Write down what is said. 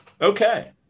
Okay